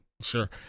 Sure